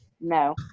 No